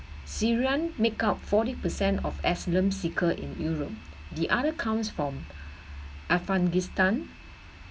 syrian make up forty percent of islam seeker in europe the other comes from afghanistan